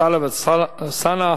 טלב אלסאנע.